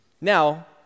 Now